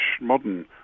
modern